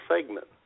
segment